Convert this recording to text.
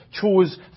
chose